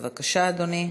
הרווחה והבריאות.